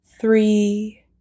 three